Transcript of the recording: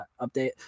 update